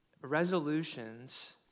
resolutions